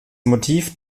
motiv